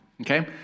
Okay